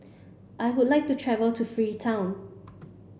I would like to travel to Freetown